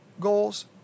goals